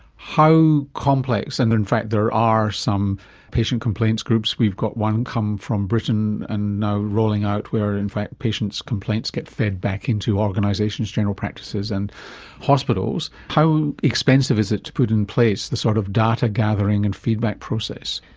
how complex, and in fact there are some patient complaints groups, we've got one come from britain and now rolling out where in fact patients' complaints get fed back into organisations, general practices and hospitals, how expensive is it to put in place the sort of data gathering and feedback process?